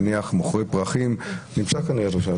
נניח מוכרי פרחים נמצא כאן עו"ד שפט,